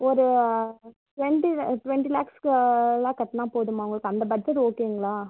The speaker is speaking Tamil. ஒரு ட்வெண்ட்டி லே ட்வெண்ட்டி லேக்ஸுக்கு குள்ளே கட்டினா போதுமா உங்களுக்கு அந்த பட்ஜெட் ஓகேங்களா